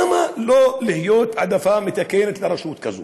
למה לא לעשות העדפה מתקנת לרשות כזאת?